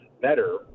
better